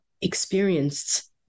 experienced